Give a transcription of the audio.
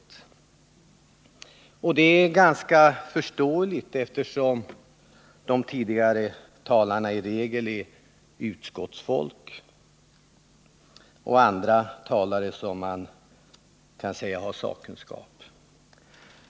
Det är ganska förståeligt, eftersom de tidigare talarna i regel varit utskottsfolk eller andra som man kan säga har sakkunskap.